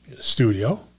Studio